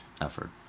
Effort